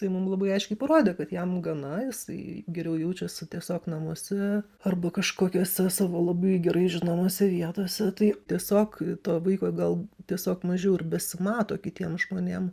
tai mum labai aiškiai parodė kad jam gana jisai geriau jaučiuosi tiesiog namuose arba kažkokiose savo labai gerai žinomose vietose tai tiesiog to vaiko gal tiesiog mažiau ir besimato kitiem žmonėm